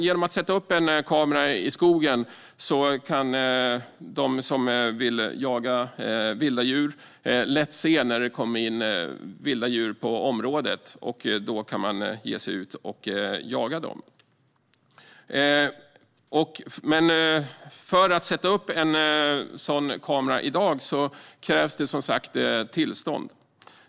Genom att sätta upp en kamera i skogen kan de som vill jaga vilda djur lätt se när det kommer in vilda djur på området. Då kan man ge sig ut och jaga dem. För att sätta upp en sådan kamera i dag krävs tillstånd.